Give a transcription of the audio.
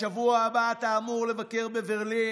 בשבוע הבא אתה אמור לבקר בברלין.